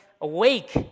awake